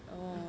oh